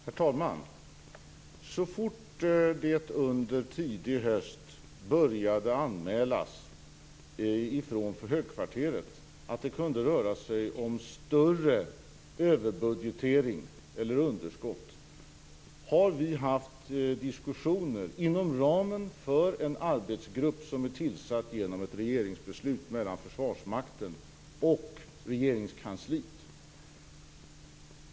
Herr talman! Så fort det under tidig höst började anmälas från högkvarteret att det kunde röra sig om större överbudgetering eller underskott har vi haft diskussioner inom ramen för en arbetsgrupp som tillsattes genom ett regeringsbeslut och som består av representanter för Försvarsmakten och Regeringskansliet.